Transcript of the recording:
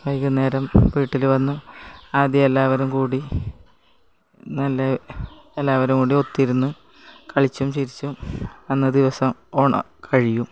വൈകുന്നേരം വീട്ടിൽ വന്ന് ആദ്യം എല്ലാവരും കൂടി നല്ല എല്ലാവരും കൂടി ഒത്തിരുന്ന് കളിച്ചും ചിരിച്ചും അന്ന ദിവസം ഓണം കഴിയും